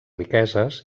riqueses